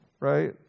right